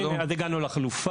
הנה, הגענו לחלופה.